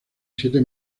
siete